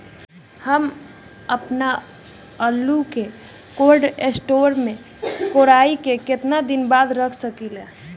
हम आपनआलू के कोल्ड स्टोरेज में कोराई के केतना दिन बाद रख साकिले?